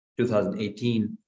2018